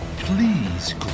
Please